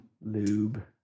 lube